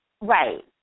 right